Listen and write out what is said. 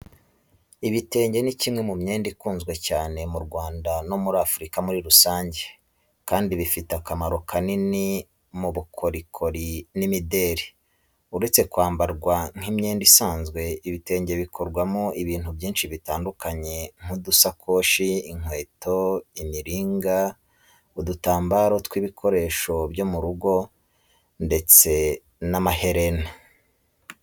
Ibitenge ni kimwe mu myenda ikunzwe cyane mu Rwanda no muri Afurika muri rusange, kandi bifite akamaro kanini mu bukorikori n’imideli. Uretse kwambarwa nk’imyenda isanzwe, ibitenge bikorwamo ibintu byinshi bitandukanye nk’udusakoshi, inkweto, imiringa, udutambaro tw’ibikoresho byo mu rugo ndetse n’amaherena.